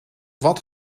wat